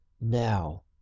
now